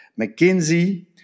McKinsey